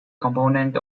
component